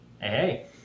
Hey